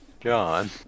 John